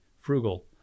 frugal